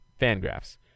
Fangraphs